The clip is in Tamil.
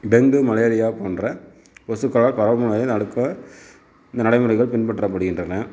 டெங்கு மலேரியா போன்ற கொசுக்களால் பரவும் நோய்களை அடக்க இந்த நடைமுறைகள் பின்பற்றப்படுகின்றன